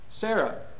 Sarah